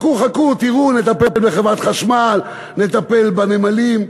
חכו חכו, תראו, נטפל בחברת חשמל, נטפל בנמלים.